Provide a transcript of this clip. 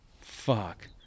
fuck